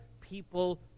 people